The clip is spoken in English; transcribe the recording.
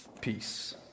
peace